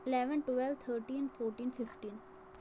eleven twelve thirteen fourteen fifteen